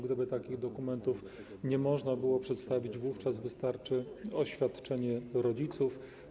Gdyby takich dokumentów nie można było przedstawić, wówczas wystarczy oświadczenie rodziców.